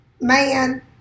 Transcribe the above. man